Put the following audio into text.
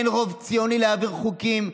אין רוב ציוני להעביר חוקים,